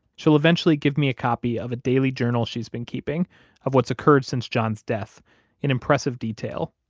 she'll eventually give me a copy of a daily journal she's been keeping of what's occurred since john's death in impressive detail.